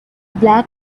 black